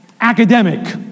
Academic